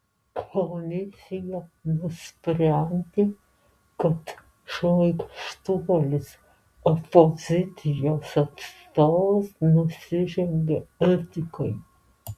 komisija nusprendė kad šmaikštuolis opozicijos atstovas nusižengė etikai